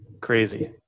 crazy